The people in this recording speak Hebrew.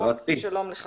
שלום לך